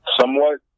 somewhat